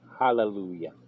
hallelujah